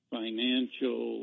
financial